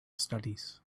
studies